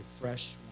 fresh